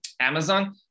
Amazon